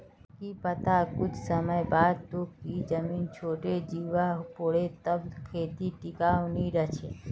की पता कुछ समय बाद तोक ई जमीन छोडे जीवा पोरे तब खेती टिकाऊ नी रह छे